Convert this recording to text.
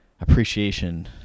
appreciation